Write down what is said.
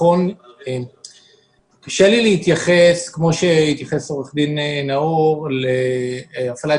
קשה לי להתייחס כפי שהתייחס עו"ד נאור להפעלת